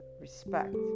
respect